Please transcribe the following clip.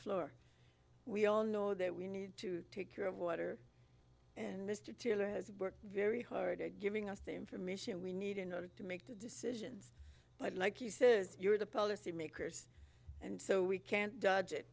floor we all know that we need to take care of water and mr taylor has worked very hard at giving us the information we need to make the decisions but like he says you're the policymakers and so we can't